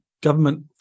government